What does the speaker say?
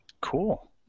Cool